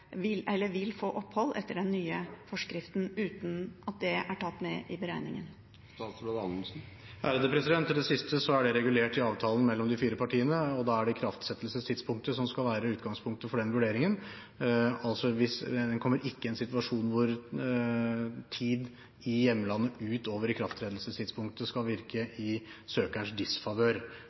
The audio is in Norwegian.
vil få opphold etter den nye forskriften uten at det er tatt med i beregningen? Til det siste: Det er regulert i avtalen mellom de fire partiene, og da er det ikraftsettelsestidspunktet som skal være utgangspunktet for den vurderingen. En kommer ikke i en situasjon der tid i hjemlandet utover ikrafttredelsestidspunktet skal virke i søkerens disfavør.